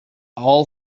all